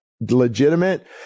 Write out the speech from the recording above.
legitimate